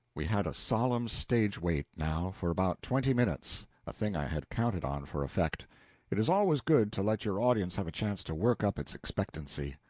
we had a solemn stage-wait, now, for about twenty minutes a thing i had counted on for effect it is always good to let your audience have a chance to work up its expectancy.